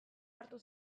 hartu